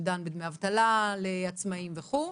שדן בדמי אבטלה לעצמאים וכו'.